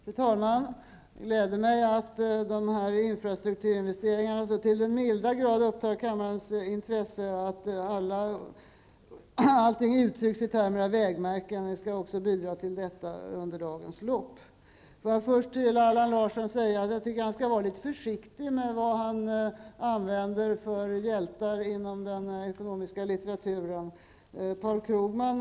Fru talman! Det glädjer mig att de här infrastrukturinvesteringarna så till den milda grad upptar kammarens intresse att allting uttrycks i termer av vägmärken. Jag skall också bidra till detta under dagens lopp. Får jag först till Allan Larsson säga att jag tycker att han skall vara litet försiktig med vilka hjältar inom den ekonomiska litteraturen han åberopar.